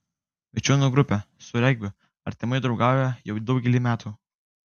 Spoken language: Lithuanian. vičiūnų grupė su regbiu artimai draugauja jau daugelį metų